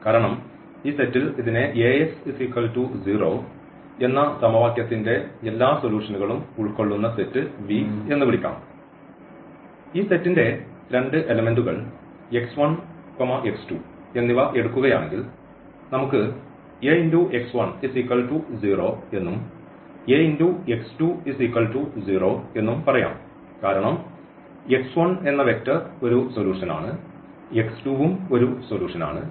കാരണം ഈ സെറ്റിൽ ഇതിനെ Ax 0 എന്ന സമവാക്യത്തിന്റെ എല്ലാ സൊല്യൂഷൻകളും ഉൾക്കൊള്ളുന്ന സെറ്റ് V എന്ന് വിളിക്കാം ഈ സെറ്റിന്റെ രണ്ട് എലെമെന്റുകൾ എന്നിവ എടുക്കുകയാണെങ്കിൽ നമുക്ക് എന്നും എന്നും പറയാം കാരണം എന്ന് വെക്റ്റർ ഒരു സൊല്യൂഷൻ ആണ് ഉം ഒരു സൊല്യൂഷൻ ആണ്